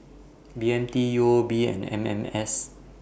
B M T U O B and M M S